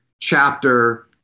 chapter